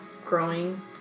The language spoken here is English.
growing